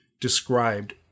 described